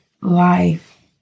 life